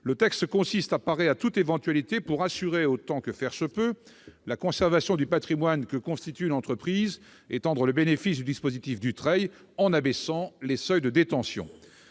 le texte revient à parer à toute éventualité pour assurer autant que faire se peut la conservation du patrimoine que constitue l'entreprise : il s'agit d'étendre le bénéfice du « dispositif Dutreil » en abaissant les seuils de détention.